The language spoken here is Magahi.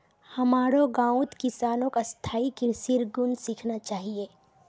हमारो गांउत किसानक स्थायी कृषिर गुन सीखना चाहिए